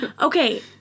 Okay